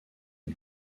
une